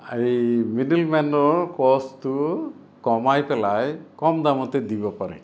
এই মিডিলমেনৰ কষ্টটো কমাই পেলাই কম দামতে দিব পাৰে